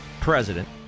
president